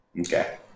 Okay